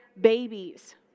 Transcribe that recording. babies